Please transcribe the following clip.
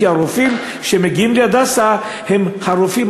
כי הרופאים שמגיעים ל"הדסה" הם הרופאים,